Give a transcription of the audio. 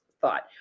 thought